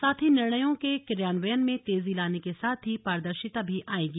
साथ ही निर्णयों के क्रियान्वयन में तेजी लाने के साथ ही पारदर्शिता भी आयेगी